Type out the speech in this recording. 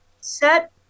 Set